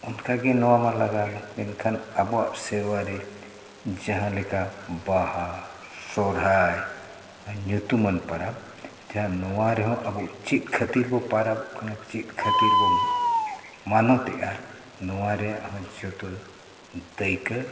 ᱚᱱᱠᱟᱜᱮ ᱱᱚᱣᱟ ᱢᱟ ᱞᱟᱜᱟᱣ ᱮᱱᱟ ᱢᱮᱱᱠᱷᱟᱱ ᱟᱵᱚᱣᱟᱜ ᱥᱮᱨᱣᱟ ᱨᱮ ᱡᱟᱦᱟᱸ ᱞᱮᱠᱟ ᱵᱟᱦᱟ ᱥᱚᱦᱚᱨᱟᱭ ᱧᱩᱛᱩᱢᱟᱱ ᱯᱚᱨᱚᱵᱽ ᱡᱟᱦᱟᱸ ᱱᱚᱣᱟ ᱨᱮᱦᱚᱸ ᱟᱵᱚ ᱪᱮᱫ ᱠᱷᱟᱹᱛᱤᱨ ᱵᱚ ᱯᱚᱨᱚᱵᱽ ᱠᱟᱱᱟ ᱪᱮᱫ ᱠᱷᱟᱹᱛᱤᱨ ᱵᱚ ᱢᱟᱱᱚᱛᱮᱜᱼᱟ ᱱᱚᱣᱟ ᱨᱮᱭᱟᱜ ᱦᱚᱸ ᱡᱚᱛᱚ ᱫᱟᱹᱭᱠᱟᱹ